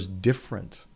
different